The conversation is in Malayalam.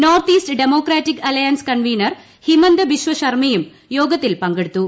north East Democratic Alliance convener Himanta Biswa ശർമ്മയും യോഗത്തിൽ പങ്കെടുത്തു